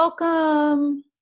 welcome